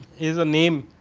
is a name,